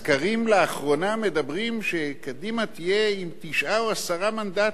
הסקרים לאחרונה מדברים שקדימה תהיה עם תשעה או עשרה מנדטים.